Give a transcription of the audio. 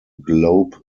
globe